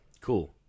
cool